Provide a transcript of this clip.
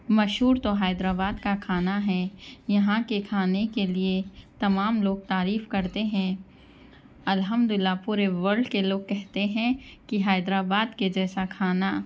مشہور تو حیدرآباد کا کھانا ہے یہاں کے کھانے کے لیے تمام لوگ تعریف کرتے ہیں الحمد للّہ پورے ورلڈ کے لوگ کہتے ہیں کہ حیدرآباد کے جیسا کھانا